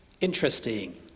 interesting